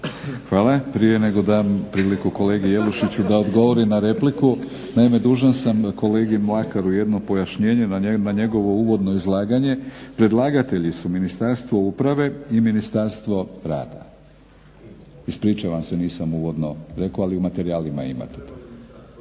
Hvala. Prije nego dam priliku kolegi Jelušiću da odgovori na repliku. Naime dužan sam kolegi Mlakaru jedno pojašnjenje na njegovo uvodno izlaganje. Predlagatelji su Ministarstvo uprave i Ministarstvo rada. Ispričavam se nisam uvodno rekao ali u materijalima imate.